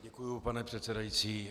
Děkuji, pane předsedající.